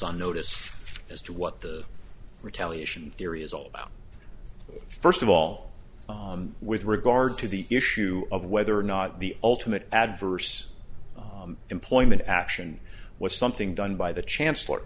on notice as to what the retaliation theory is all about first of all with regard to the issue of whether or not the ultimate adverse employment action was something done by the chancellor